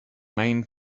main